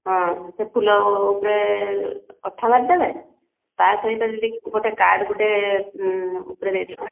ହଁ ସେ ଫୁଲ ଉପରେ ଅଠା ମାରିଦେବେ ତା ସହିତ ଯଦି ଗୋଟେ କାର୍ଡ଼୍ ଗୋଟେ ଉପରେ ଦେଇ ଦେଇଦେବେ